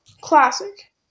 Classic